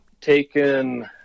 taken